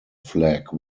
flag